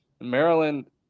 maryland